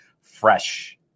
fresh